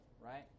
right